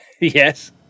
yes